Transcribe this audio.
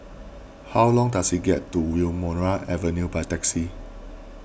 how long does it get to Wilmonar Avenue by taxi